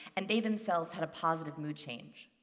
and they themselves had a positive mood change.